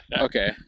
Okay